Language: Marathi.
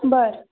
बरं